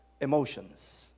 emotions